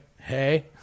hey